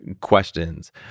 questions